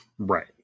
Right